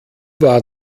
war